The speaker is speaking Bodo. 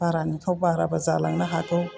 बारानिफ्राय बाराबो जालांनो हागौ